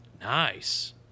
Nice